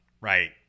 Right